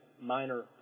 minor